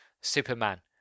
superman